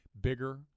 bigger